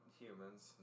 humans